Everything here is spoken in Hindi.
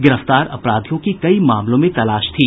गिरफ्तार अपराधियों की कई मामलों में तलाश थी